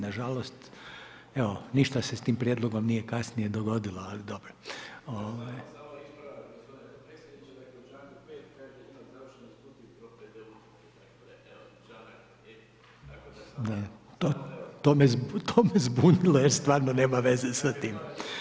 Na žalost, evo ništa se sa tim prijedlogom nije kasnije dogodilo, ali dobro. … [[Upadica Mrsić, ne čuje se.]] To me zbunilo, jer stvarno nema veze sa tim.